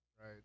right